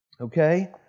Okay